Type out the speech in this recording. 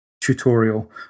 tutorial